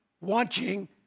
watching